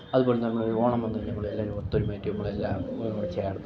അതുപോലെ തന്നെ നമ്മൾ ഒരു ഓണം വന്നു കഴിഞ്ഞാൽ നമ്മൾ എല്ലാവരും ഒത്തൊരുമയായിട്ട് നമ്മളെല്ലാം കൂടെ ചേർന്ന്